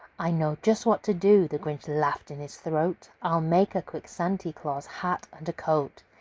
i know just what to do! the grinch laughed in his throat. i'll make a quick santy claus hat and a coat.